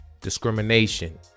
discrimination